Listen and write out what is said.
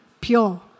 pure